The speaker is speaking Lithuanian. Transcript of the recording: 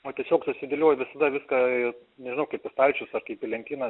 o tiesiog susidėlioji visada viską nežinau kaip į stalčius ar kaip į lentynas